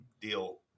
deal